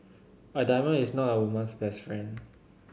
a diamond is not a woman's best friend